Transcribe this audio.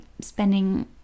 spending